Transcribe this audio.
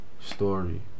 story